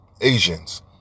Asians